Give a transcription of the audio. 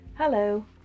Hello